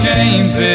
James